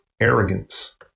arrogance